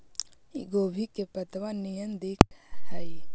इ गोभी के पतत्ता निअन दिखऽ हइ